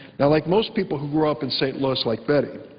now, like most people who grew up in st. louis like betty,